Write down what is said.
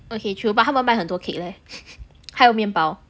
okay true but 他们卖很多 cake leh 还有面包